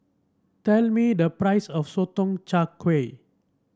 tell me the price of Sotong Char Kway